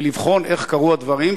ולבחון איך קרו הדברים,